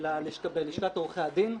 בלשכת עורכי הדין.